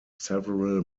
several